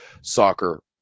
soccer